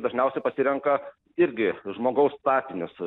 dažniausiai pasirenka irgi žmogaus statinius